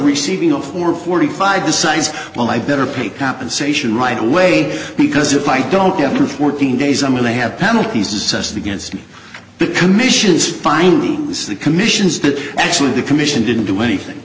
receiving a four forty five decides well i better pay compensation right away because if i don't have to fourteen days i'm going to have penalties assessed against me the commission's findings the commissions that actually the commission didn't do anything